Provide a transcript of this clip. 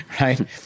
right